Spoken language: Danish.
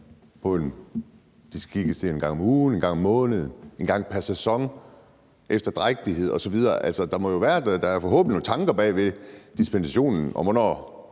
de skal kigges til en gang om ugen, en gang om måneden, en gang pr. sæson, efter drægtighed osv.? Altså, der er forhåbentlig nogle tanker bag dispensationen om, hvornår